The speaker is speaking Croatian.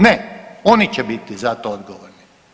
Ne, oni će biti za to odgovorni.